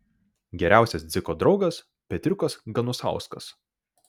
geriausias dziko draugas petriukas ganusauskas